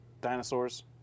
dinosaurs